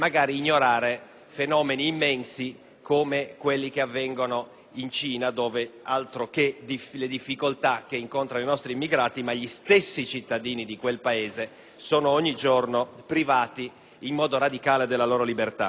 fenomeni immensi come quelli che avvengono in Cina, dove - altro che le difficoltà che incontrano i nostri immigrati! - gli stessi cittadini di quel Paese sono ogni giorno privati in modo radicale della loro libertà.